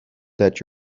that